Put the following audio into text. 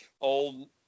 old